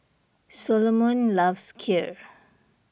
Solomon loves Kheer